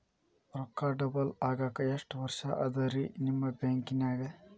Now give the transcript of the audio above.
ರೊಕ್ಕ ಡಬಲ್ ಆಗಾಕ ಎಷ್ಟ ವರ್ಷಾ ಅದ ರಿ ನಿಮ್ಮ ಬ್ಯಾಂಕಿನ್ಯಾಗ?